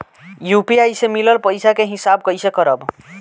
UPI से मिलल पईसा के हिसाब कइसे करब?